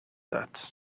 that